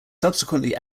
subsequently